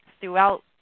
throughout